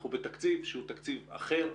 אנחנו בתקציב שהוא תקציב אחר,